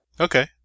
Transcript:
Okay